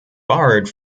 barred